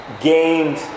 gained